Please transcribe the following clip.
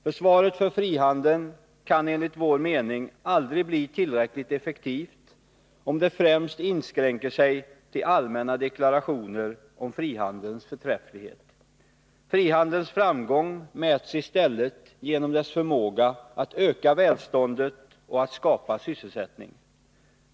Försvaret för frihandeln kan enligt vår mening aldrig bli tillräckligt effektivt om det främst inskränker sig till allmänna deklarationer om frihandelns förträfflighet. Frihandelns framgång mäts i stället genom dess förmåga att öka välståndet och att skapa sysselsättning.